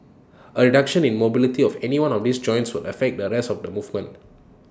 A reduction in mobility of any one of these joints will affect the rest of the movement